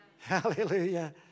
Hallelujah